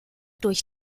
durch